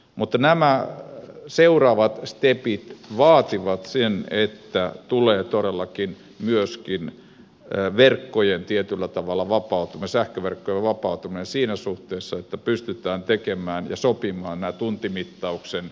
mutta nämä seuraavat stepit vaativat sen että tulee todellakin myöskin sähköverkkojen tietyllä tavalla vapautuminen siinä suhteessa että pystytään tekemään ja sopimaan nämä tuntimittaukset